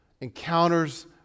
encounters